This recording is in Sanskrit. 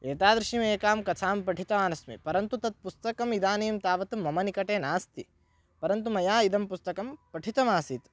एतादृशीम् एकां कथां पठितवान् अस्मि परन्तु तत् पुस्तकम् इदानीं तावत् मम निकटे नास्ति परन्तु मया इदं पुस्तकं पठितमासीत्